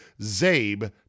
ZABE